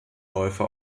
läufe